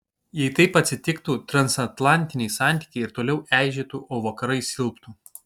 jei taip atsitiktų transatlantiniai santykiai ir toliau eižėtų o vakarai silptų